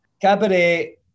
Cabaret